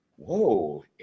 whoa